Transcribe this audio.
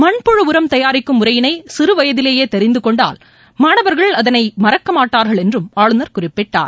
மண்புழு உரம் தயாரிக்கும் முறையினை சிறு வயதிலேயே தெரிந்து கொண்டால் மாணவர்கள் அதனை மறக்கமாட்டர்கள் என்றும் ஆளுநர் குறிப்பிட்டார்